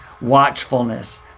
watchfulness